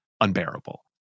unbearable